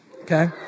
Okay